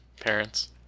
parents